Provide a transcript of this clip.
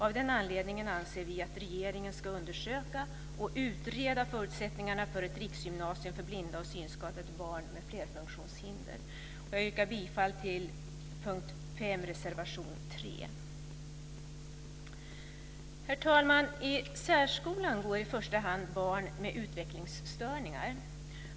Av den anledningen anser vi att regeringen ska undersöka och utreda förutsättningarna för ett riksgymnasium för blinda och synskadade barn med flerfunktionshinder. Jag yrkar bifall till punkt 5, reservation 3. Herr talman! I särskolan går i första hand barn med utvecklingsstörningar.